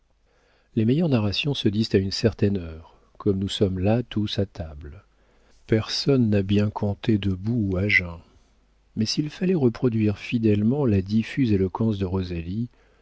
les meilleures narrations se disent à une certaine heure comme nous sommes là tous à table personne n'a bien conté debout ou à jeun mais s'il fallait reproduire fidèlement la diffuse éloquence de